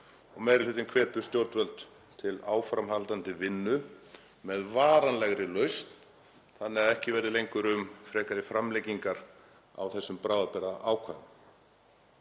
Meiri hlutinn hvetur stjórnvöld til áframhaldandi vinnu með varanlegri lausn þannig að ekki verði frekari framlengingar á þessum bráðabirgðaákvæðum.